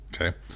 Okay